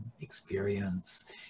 experience